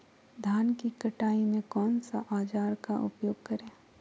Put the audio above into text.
धान की कटाई में कौन सा औजार का उपयोग करे?